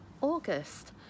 August